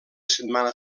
setmana